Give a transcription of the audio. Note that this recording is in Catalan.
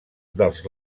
dels